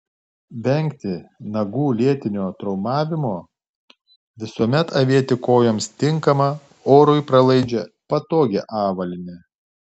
vengti nagų lėtinio traumavimo visuomet avėti kojoms tinkamą orui pralaidžią patogią avalynę